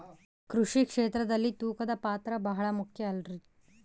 ಕೃಷಿ ಕ್ಷೇತ್ರದಲ್ಲಿ ತೂಕದ ಪಾತ್ರ ಬಹಳ ಮುಖ್ಯ ಅಲ್ರಿ?